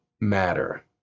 matter